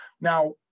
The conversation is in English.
Now